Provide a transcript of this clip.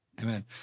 Amen